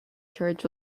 church